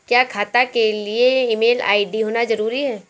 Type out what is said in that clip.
क्या खाता के लिए ईमेल आई.डी होना जरूरी है?